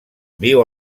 viu